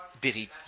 busy